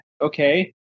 okay